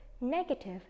negative